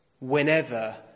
whenever